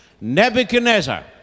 Nebuchadnezzar